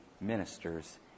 ministers